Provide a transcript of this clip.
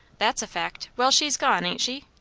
that's a fact. well, she's gone, ain't she?